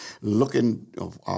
looking